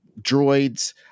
droids